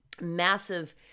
massive